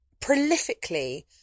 prolifically